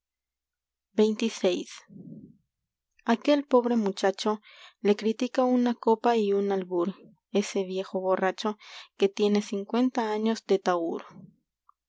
xxvi aquel pobre muchacho una le critica ese copa y un albur viejo borracho que tiene cincuenta años de tahúr